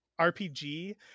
RPG